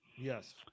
Yes